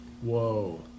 Whoa